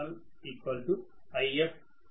సరేనా